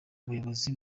ubuyobozi